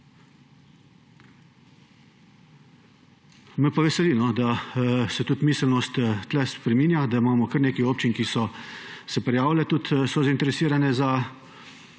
Me pa veseli, da se tudi miselnost tukaj spreminja, da imamo kar nekaj občin, ki so se prijavile, tudi so zainteresirane za